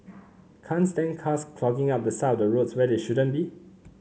can't stand cars clogging up the side of roads where they shouldn't be